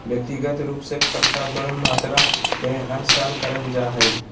व्यक्तिगत रूप से पट्टा बड़ मात्रा मे हर साल करल जा हय